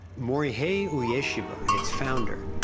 morihei ueshiba, its founder,